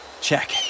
check